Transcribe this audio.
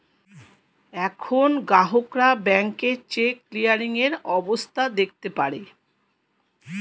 এখন গ্রাহকরা ব্যাংকে চেক ক্লিয়ারিং এর অবস্থা দেখতে পারে